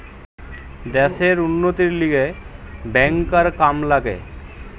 দ্যাশের উন্নতির লিগে ব্যাংকার কাম লাগে